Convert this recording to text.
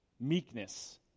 meekness